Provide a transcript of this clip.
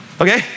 okay